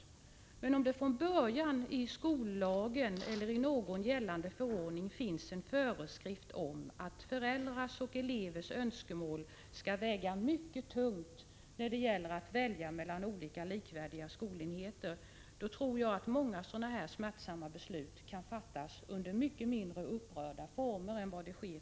Om det däremot från början i skollagen eller i någon annan gällande förordning finns en föreskrift om att föräldrars och elevers önskemål skall väga mycket tungt vid val mellan olika likvärdiga skolenheter, tror jag att många i dag smärtsamma beslut skulle kunna fattas under mycket mindre upprörda former än vad som nu sker.